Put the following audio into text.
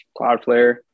cloudflare